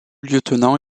lieutenant